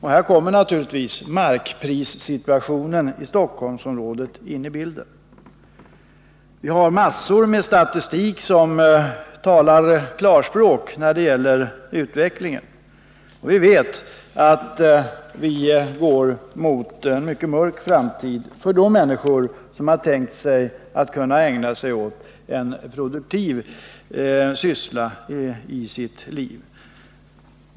Här kommer naturligtvis markprissituationen i Stockholmsområdet in i bilden. Det finns massor med statistik som talar klarspråk när det gäller utvecklingen. Vi menar att det blir en mörk framtid för de människor som har tänkt sig att kunna ägna sig åt en produktiv syssla i sitt liv.